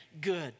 good